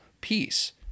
peace